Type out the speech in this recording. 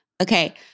Okay